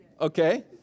Okay